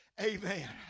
Amen